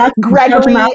Gregory